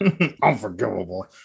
Unforgivable